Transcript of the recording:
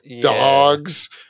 dogs